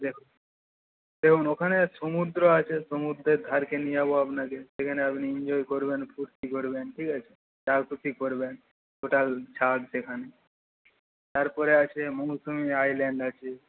দেখুন দেখুন ওখানে সমুদ্র আছে সমুদ্রের ধারে নিয়ে যাব আপনাকে সেখানে আপনি এনজয় করবেন ফুর্তি করবেন ঠিক আছে যা খুশি করবেন টোটাল ছাড় সেখানে তারপরে আছে মৌসুনি আইল্যান্ড আছে